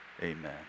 amen